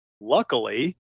Luckily